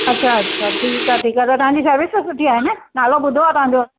अच्छा अच्छा ठीक आहे ठीक आहे तव्हां जी सर्विस त सुठी आहे न नालो ॿुधो आहे तव्हां जो